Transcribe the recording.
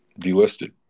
delisted